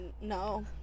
No